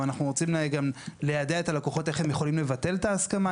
אבל אנחנו רוצים גם ליידע את הלקוחות איך הם יכולים לבטל את ההסכמה.